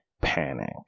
panic